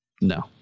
No